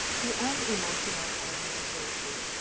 to unemotional ornamentation.